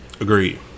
Agreed